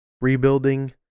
rebuilding